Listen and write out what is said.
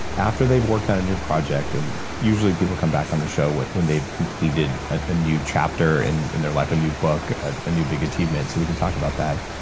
after they've worked on a new project and usually people come back on the show when they've they've completed a a new chapter in in their life, a new book, a a new big achievement so we can talk about that.